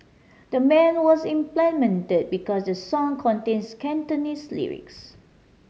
the man was implemented because the song contains Cantonese lyrics